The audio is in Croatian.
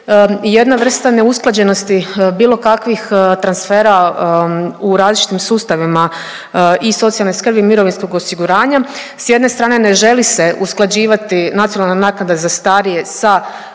jedna vrsta neusklađenosti bilo kakvih transfera u različitim sustavima i socijalne skrbi i mirovinskog osiguranja, s jedne strane ne želi se usklađivati nacionalna naknada za starije sa